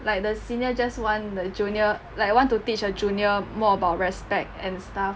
like the senior just want the junior like want to teach the junior more about respect and stuff